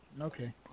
Okay